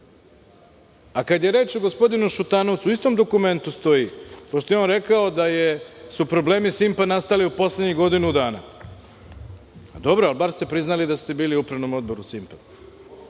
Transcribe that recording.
je reč o gospodinu Šutanovcu, u istom dokumentu stoji, pošto je on rekao da su problemi „Simpa“ nastali u poslednjih godinu dana, bar ste priznali da ste bili u Upravnom odboru „Simpa“